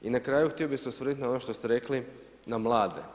I na kraju htio bih se osvrnuti na ono što ste rekli, na mlade.